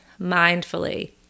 mindfully